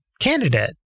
candidate